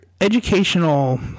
educational